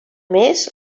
més